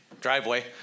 driveway